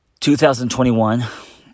2021